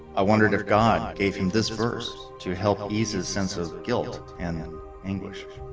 i wonder did god gave him this verse to help ah ease his sense of guilt and and english